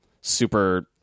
super